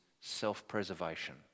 self-preservation